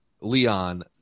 Leon